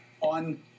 on